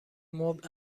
مبل